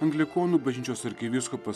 anglikonų bažnyčios arkivyskupas